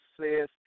says